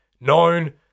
known